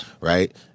Right